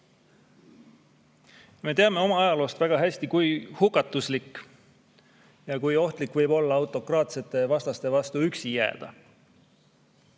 Me teame oma ajaloost väga hästi, kui hukatuslik ja kui ohtlik võib olla autokraatsete vastaste vastu üksi jääda.